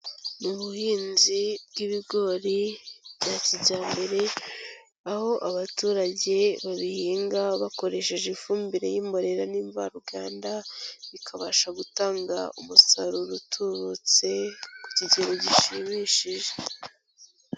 Ni ubuhinzi bw'ibigori bya kijyambere, aho abaturage babihinga bakoresheje ifumbire y'imborera n'imvaruganda, bikabasha gutanga umusaruro utubutse ku kigero gishimishije.